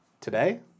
Today